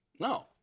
No